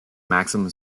maximum